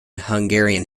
hungarian